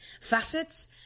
facets